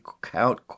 count